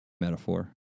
metaphor